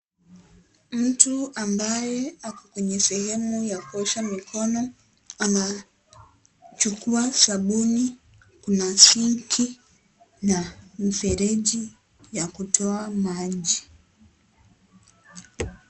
Mtu ambaye ako kwenye sehemu ya kuosha mikono anachukuwa sabuni kuna sinki na mfereji ya kutoa maji.